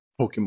Pokemon